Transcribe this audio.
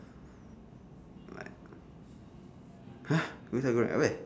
!huh! means